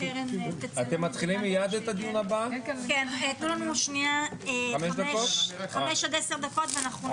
הישיבה ננעלה בשעה 15:10.